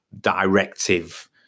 directive